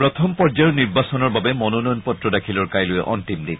প্ৰথম পৰ্যায়ৰ নিৰ্বাচনৰ বাবে মনোনয়ন পত্ৰ দাখিলৰ কাইলৈ অন্তিম দিন